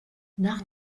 nach